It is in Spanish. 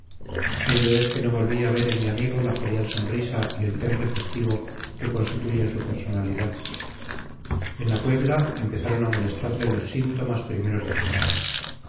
ello es que no volví a ver en mi amigo la jovial sonrisa y el temple festivo que constituyen su personalidad en la puebla empezaron a molestarle los síntomas primeros de su mal